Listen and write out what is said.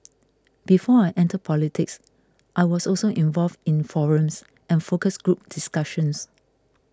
before I entered politics I was also involved in forums and focus group discussions